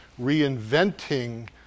reinventing